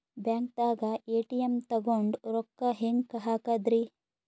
ಬ್ಯಾಂಕ್ದಾಗ ಎ.ಟಿ.ಎಂ ತಗೊಂಡ್ ರೊಕ್ಕ ಹೆಂಗ್ ಹಾಕದ್ರಿ?